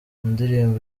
indirimbo